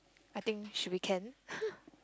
I think should be can